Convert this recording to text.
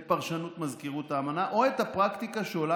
את פרשנות מזכירות האמנה או את הפרקטיקה שעולה